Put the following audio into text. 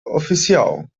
oficial